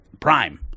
prime